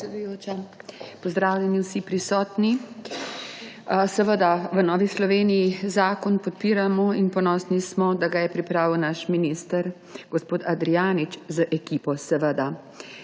Pozdravljeni vsi prisotni! V Novi Sloveniji zakon podpiramo in ponosni smo, da ga je pripravil naš minister gospod Andrijanič z ekipo.